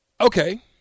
okay